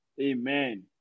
Amen